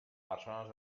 persones